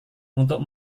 untuk